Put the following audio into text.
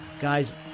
guys